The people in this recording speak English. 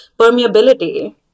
permeability